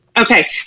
Okay